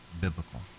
biblical